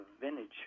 vintage